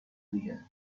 دیگه